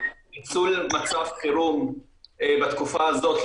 ניצול מצב חירום בתקופה הזאת,